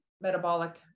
metabolic